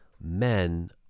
men